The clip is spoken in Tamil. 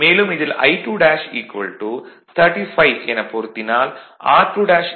மேலும் இதில் I2 35 எனப் பொருத்தினால் r2 0